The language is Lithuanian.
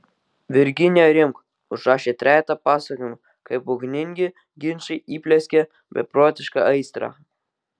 virginija rimk užrašė trejetą pasakojimų kaip ugningi ginčai įplieskė beprotišką aistrą